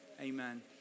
amen